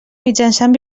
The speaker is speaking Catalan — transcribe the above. mitjançant